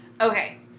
okay